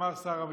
אמר שר המשפטים.